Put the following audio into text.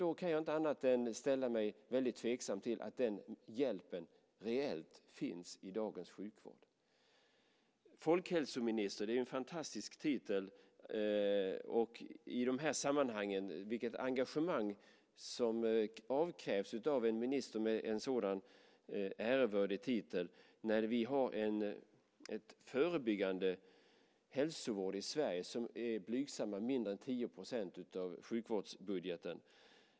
Då kan jag inte annat än ställa mig väldigt tveksam till att den hjälpen reellt finns i dagens sjukvård. Folkhälsominister är en fantastisk titel. I dessa sammanhang krävs det också ett visst engagemang av en minister med en sådan ärevördig titel när vi har en förebyggande hälsovård i Sverige som tar blygsamma mindre än 10 % av sjukvårdsbudgeten.